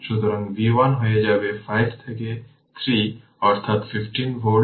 সুতরাং আমার v 1 হয়ে যাবে 5 থেকে 3 অর্থাৎ 15 ভোল্ট